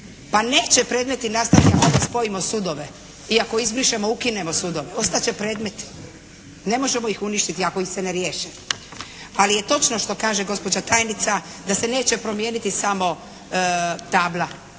Pa neće predmeti nastati ako spojimo sudove i ako izbrišemo, ukinemo sudove. Ostat će predmeti. Ne možemo ih uništiti ako ih se ne riješi. Ali je točno što kaže gospođa tajnica da se neće promijeniti samo tabla.